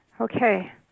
Okay